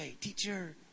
teacher